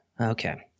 Okay